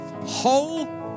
whole